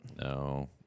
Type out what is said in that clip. No